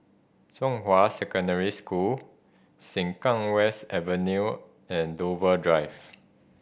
Zhonghua Secondary School Sengkang West Avenue and Dover Drive